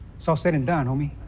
so said and done, homie.